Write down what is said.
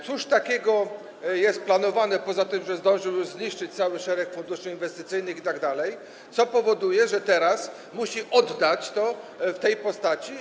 Cóż takiego jest planowane poza tym, że zdążył zniszczyć cały szereg funduszy inwestycyjnych itd., co powoduje, że teraz musi oddać to w tej postaci.